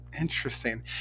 Interesting